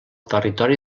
territori